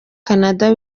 canada